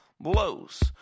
blows